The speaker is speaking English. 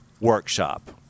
workshop